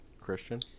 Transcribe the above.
Christian